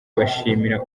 bashimira